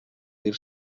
dir